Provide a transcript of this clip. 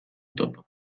topo